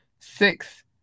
Six